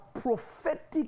prophetic